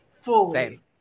Fully